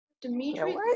dimitri